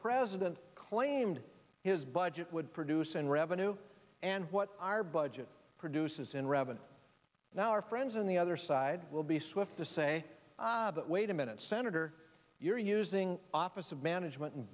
president claimed his budget would produce in revenue and what our budget produces in revenue now our friends on the other side will be swift to say ah but wait a minute senator you're using office of management and